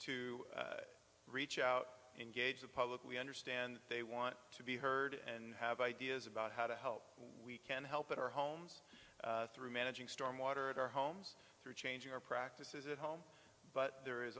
to reach out and gauge the public we understand they want to be heard and have ideas about how to help we can help in our homes through managing storm water at our homes through changing our practices at home but there is